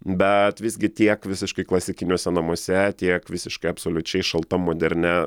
bet visgi tiek visiškai klasikiniuose namuose tiek visiškai absoliučiai šaltam moderne